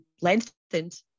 lengthened